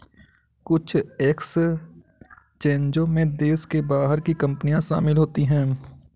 कुछ एक्सचेंजों में देश के बाहर की कंपनियां शामिल होती हैं